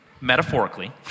metaphorically